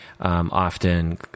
Often